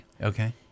Okay